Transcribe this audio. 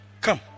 come